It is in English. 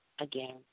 again